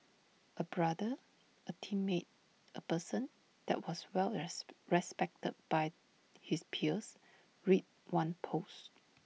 A brother A teammate A person that was well respected by his peers read one post